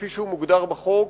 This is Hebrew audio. כפי שהוא מוגדר בחוק,